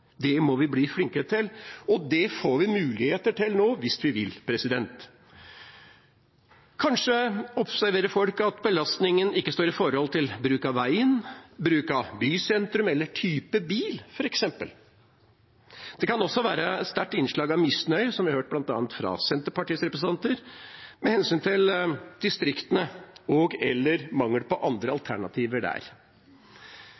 Det må vi bli flinkere til, og det får vi mulighet til nå hvis vi vil. Kanskje observerer folk at belastningen ikke står i forhold til bruk av veien, bruk av bysentrum eller type bil, f.eks. Det kan også være sterke innslag av misnøye – noe vi har hørt bl.a. fra Senterpartiets representanter – med hensyn til distriktene og/eller mangel på